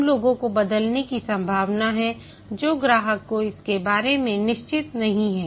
उन लोगों को बदलने की संभावना है जो ग्राहक को इसके बारे में निश्चित नहीं है